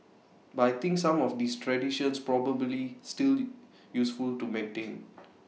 but I think some of these traditions probably still useful to maintain